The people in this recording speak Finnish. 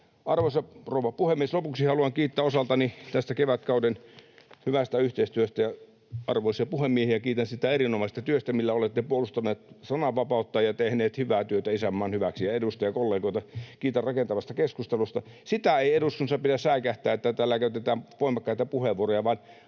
Arvoisa rouva puhemies! Lopuksi haluan kiittää osaltani tästä kevätkauden hyvästä yhteistyöstä. Arvoisia puhemiehiä kiitän siitä erinomaisesta työtä, millä olette puolustaneet sananvapautta ja tehneet hyvää työtä isänmaan hyväksi. Edustajakollegoita kiitän rakentavasta keskustelusta. Sitä ei eduskunnassa pidä säikähtää, että täällä käytetään voimakkaita puheenvuoroja, vaan